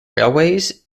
railways